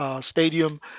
Stadium